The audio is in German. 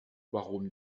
warum